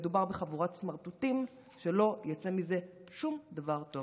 מדובר בחבורת סמרטוטים, ולא יצא מזה שום דבר טוב.